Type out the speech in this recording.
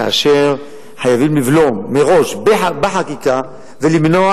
כאשר חייבים לבלום מראש בחקיקה ולמנוע